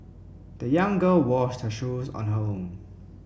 the young girl washed her shoes on her own